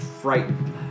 frightened